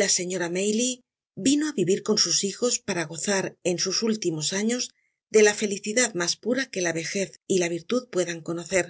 la señora maylie vino á vivir con sus hijos para gozar en sus últimos años de la felicidad mas pura que la vejez y la virtud puedan conocer